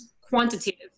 quantitative